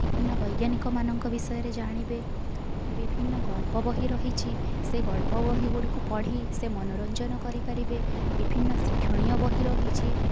ବିଭିନ୍ନ ବୈଜ୍ଞାନିକ ମାନଙ୍କ ବିଷୟରେ ଜାଣିବେ ବିଭିନ୍ନ ଗଳ୍ପ ବହି ରହିଛି ସେ ଗଳ୍ପ ବହି ଗୁଡ଼ିକୁ ପଢ଼ି ସେ ମନୋରଞ୍ଜନ କରିପାରିବେ ବିଭିନ୍ନ ଶିକ୍ଷଣୀୟ ବହି ରହିଛି